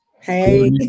Hey